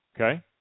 Okay